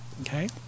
Okay